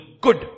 good